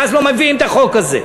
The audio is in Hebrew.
ואז לא מביאים את החוק הזה.